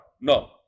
No